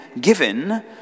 given